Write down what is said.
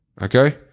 Okay